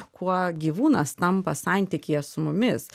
kuo gyvūnas tampa santykyje su mumis